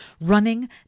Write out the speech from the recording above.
running